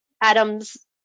Adam's